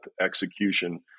execution